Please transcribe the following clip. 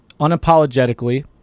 unapologetically